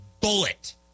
bullet